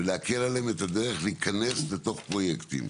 ולהקל עליהם את הדרך להיכנס לתוך פרויקטים.